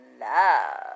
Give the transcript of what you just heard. love